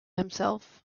himself